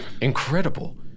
Incredible